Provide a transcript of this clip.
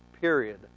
period